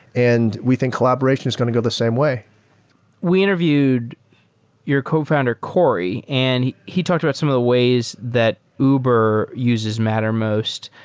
and we think collaboration is going to go the same way we interviewed your cofounder, corey, and he he talked about some of the ways that uber uses mattermost,